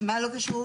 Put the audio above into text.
מה לא קשור?